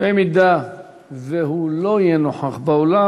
אם הוא לא יהיה נוכח באולם,